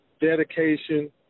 dedication